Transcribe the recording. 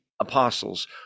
apostles